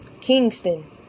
Kingston